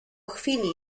chwili